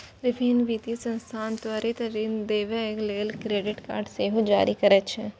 विभिन्न वित्तीय संस्थान त्वरित ऋण देबय लेल क्रेडिट कार्ड सेहो जारी करै छै